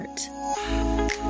heart